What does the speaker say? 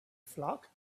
flock